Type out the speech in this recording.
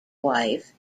wife